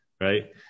right